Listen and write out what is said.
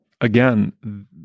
again